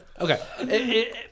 Okay